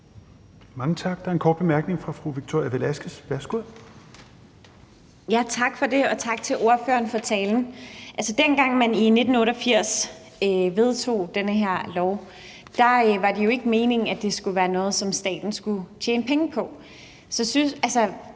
Mange tak. Der er en kort bemærkning fra Victoria Velasquez. Værsgo. Kl. 16:45 Victoria Velasquez (EL): Tak for det. Og tak til ordføreren for talen. Dengang man i 1988 vedtog den her lov, var det jo ikke meningen, at det skulle være noget, som staten skulle tjene penge på.